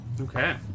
Okay